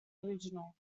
original